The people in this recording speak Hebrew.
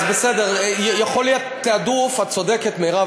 יכול להיות תעדוף, את צודקת, מרב.